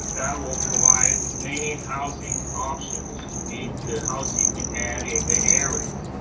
will provide many housing options to meet the housing demand in the areas.